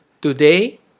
Today